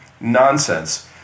Nonsense